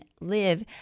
live